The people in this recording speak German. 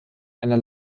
einer